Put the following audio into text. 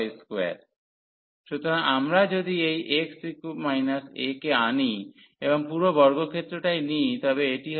সুতরাং আমরা যদি এই কে আনি এবং পুরো বর্গক্ষেত্রটাই নিই তবে এটি হবে